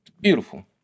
beautiful